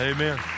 Amen